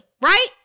right